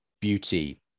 beauty